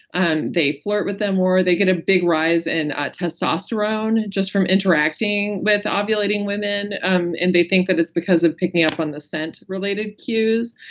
and they flirt with them more. they get a big rise in ah testosterone just from interacting with um ovulating women. um and they think that it's because of picking up on the scent related cues.